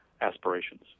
aspirations